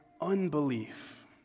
unbelief